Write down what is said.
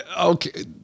Okay